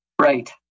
Right